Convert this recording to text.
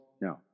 no